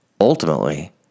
Ultimately